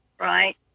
right